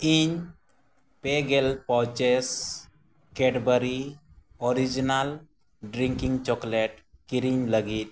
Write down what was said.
ᱤᱧ ᱯᱮ ᱜᱮᱞ pouches Cadbury original drinking chocolate ᱠᱤᱨᱤᱧ ᱞᱟᱹᱜᱤᱫ